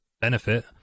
benefit